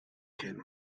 kenne